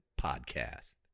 Podcast